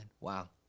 Wow